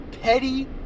petty